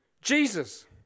Jesus